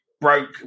broke